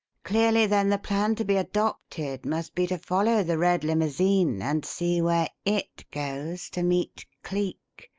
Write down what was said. clearly then the plan to be adopted must be to follow the red limousine and see where it goes to meet cleek,